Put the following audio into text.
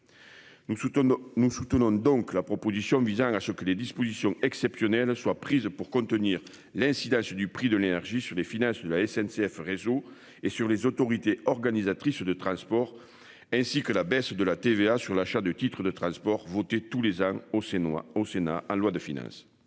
nous soutenons donc la proposition visant à ce que des dispositions exceptionnelles soient prises pour contenir l'incidence du prix de l'énergie sur les finances de la SNCF réseau et sur les autorités organisatrices de transport. Ainsi que la baisse de la TVA sur l'achat de titres de transport votée tous les ans au Chénois au Sénat à loi de finances.